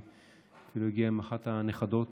והיא אפילו הגיעה עם אחת הנכדות